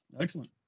excellent